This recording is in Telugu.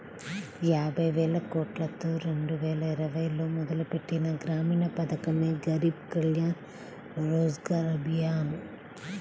యాబైవేలకోట్లతో రెండువేల ఇరవైలో మొదలుపెట్టిన గ్రామీణ పథకమే గరీబ్ కళ్యాణ్ రోజ్గర్ అభియాన్